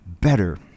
better